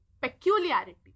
peculiarity